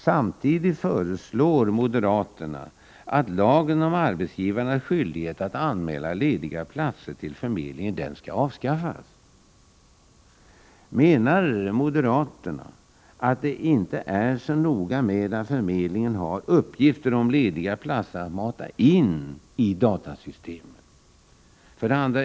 Samtidigt föreslår moderaterna att lagen om arbetsgivarnas skyldighet att anmäla lediga platser till förmedlingen skall avskaffas. Menar moderaterna att det inte är så noga med att förmedlingen har uppgifter om lediga platser att mata in i datasystemet?